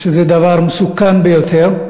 שזה דבר מסוכן ביותר.